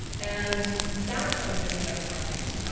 and that's something that i find